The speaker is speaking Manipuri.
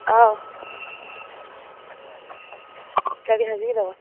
ꯑꯧ ꯀꯔꯤ ꯍꯥꯏꯕꯤꯒꯗꯕ